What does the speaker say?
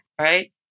Right